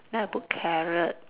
then I put carrot